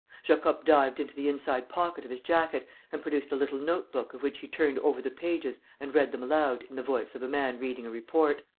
jacob dived into the inside-pocket of his jacket and produced a little note-book of which he turned over the pages and read them aloud in the voice of a man reading a report